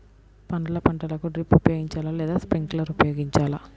పండ్ల పంటలకు డ్రిప్ ఉపయోగించాలా లేదా స్ప్రింక్లర్ ఉపయోగించాలా?